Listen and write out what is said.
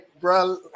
bro